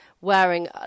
wearing